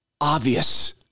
obvious